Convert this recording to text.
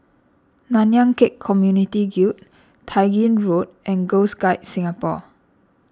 Nanyang Khek Community Guild Tai Gin Road and Girl Guides Singapore